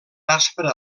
aspra